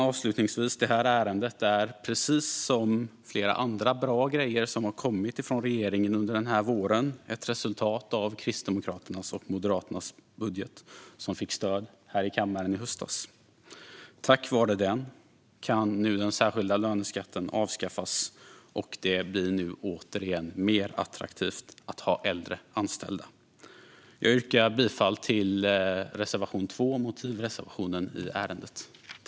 Avslutningsvis: Det här ärendet är, precis som flera andra bra grejer som har kommit från regeringen under den här våren, ett resultat av att Kristdemokraternas och Moderaternas budget fick stöd i kammaren i höstas. Tack vare den kan nu den särskilda löneskatten avskaffas. Det blir nu återigen mer attraktivt att ha äldre anställda. Jag yrkar bifall till reservation 2, motivreservationen i ärendet.